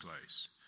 place